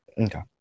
Okay